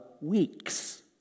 Weeks